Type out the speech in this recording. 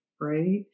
right